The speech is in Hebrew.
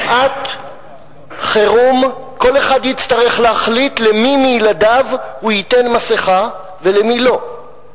בשעת חירום כל אחד יצטרך להחליט למי מילדיו הוא ייתן מסכה ולמי לא,